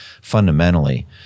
fundamentally